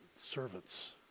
servants